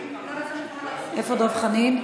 איפה דב חנין?